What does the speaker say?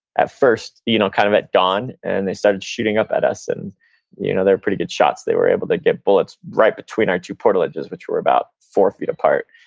at first you know kind of at dawn and they started shooting up at us, and you know they were pretty good shots. they were able to get bullets right between our two portal edges, which were about four feet apart.